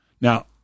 Now